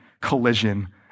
collision